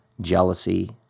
jealousy